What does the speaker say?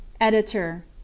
Editor